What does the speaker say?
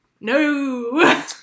No